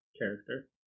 character